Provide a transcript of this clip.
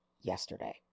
yesterday